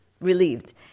relieved